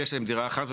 ואם יש דירה אחת,